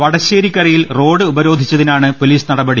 വടശ്ശേരിക്കരയിൽ road ഉപ രോധിച്ചതിനാണ് police നടപടി